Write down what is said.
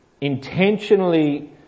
intentionally